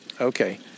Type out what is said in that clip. Okay